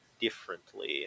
differently